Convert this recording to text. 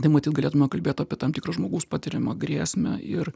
tai matyt galėtume kalbėt apie tam tikrą žmogaus patiriamą grėsmę ir